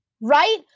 Right